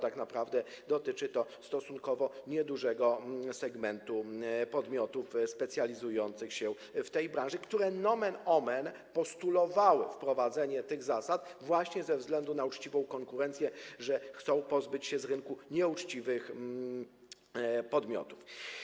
Tak naprawdę dotyczy to stosunkowo niedużego segmentu podmiotów specjalizujących się w tej branży, które nomen omen postulowały wprowadzenie tych zasad właśnie ze względu na uczciwą konkurencję, bo chcą pozbyć się z rynku nieuczciwych podmiotów.